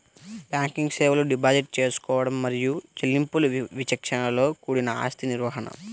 banking సేవలు deposit తీసుకోవడం మరియు చెల్లింపులు విచక్షణతో కూడిన ఆస్తి నిర్వహణ,